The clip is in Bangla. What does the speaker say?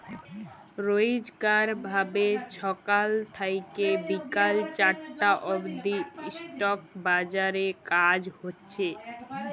রইজকার ভাবে ছকাল থ্যাইকে বিকাল চারটা অব্দি ইস্টক বাজারে কাজ হছে